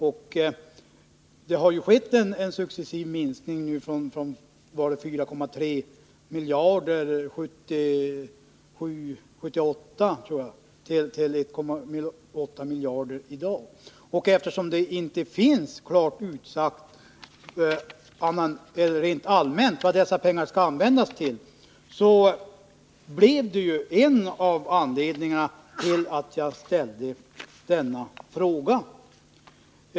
Nu har det skett en successiv minskning från, tror jag, 4,3 miljarder 1977/78 till 1,8 miljarder i dag. Det finns inte utsagt annat än rent allmänt vad dessa pengar skall användas till, och det är en av anledningarna till att jag har ställt min fråga.